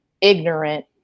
ignorant